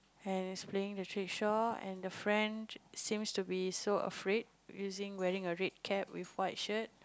and he's playing the trishaw and the friend seems to be so afraid using wearing a red cap with white shirt